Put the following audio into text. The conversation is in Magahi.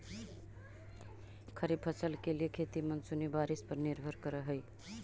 खरीफ फसल के लिए खेती मानसूनी बारिश पर निर्भर करअ हई